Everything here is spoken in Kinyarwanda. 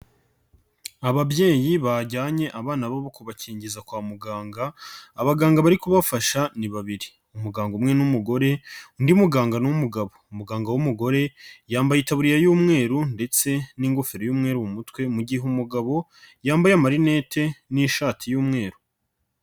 Ababyeyi bajyanye abana babo kubakingiza kwa muganga abaganga bari kubafasha ni babiri, umuganga umwe ni umugore undi muganga ni umugabo, umuganga w'umugore yambaye itaburiya y'umweru ndetse n'ingofero y'umweru mu mutwe mu gihe umugabo yambaye amarinete n'ishati y'umweru.